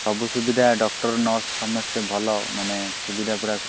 ସବୁ ସୁବିଧା doctor nurse ସମସ୍ତେ ଭଲ ମାନେ ସୁବିଧା ପୁରା